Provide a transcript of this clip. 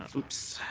ah oops.